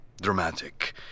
dramatic